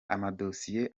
amadosiye